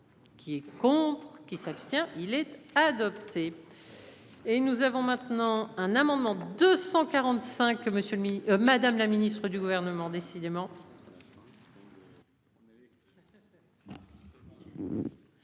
Qui est contre. Qui s'abstient il est adopté. Et nous avons maintenant un amendement 245 monsieur le Madame la Ministre du gouvernement décidément.